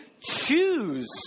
choose